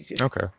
Okay